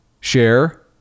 Share